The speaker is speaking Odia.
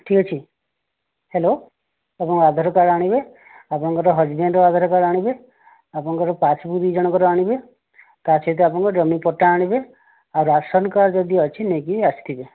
ଠିକ୍ ଅଛି ହେଲୋ ଆପଣଙ୍କ ଆଧାର କାର୍ଡ଼ ଆଣିବେ ଆପଣଙ୍କର ହଜବେଣ୍ଡ ଆଧାର କାର୍ଡ଼ ଆଣିବେ ଆପଣଙ୍କର ପାସ୍ବୁକ ଦୁଇ ଜଣଙ୍କର ଆଣିବେ ତା ସହିତ ଆପଣଙ୍କର ଜମି ପଟ୍ଟା ଆଣିବେ ଆଉ ରାସନ କାର୍ଡ଼ ଯଦି ଅଛି ନେଇକି ଆସିଥିବେ